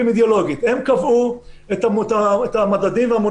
אי אפשר לנהל מדינה בצורה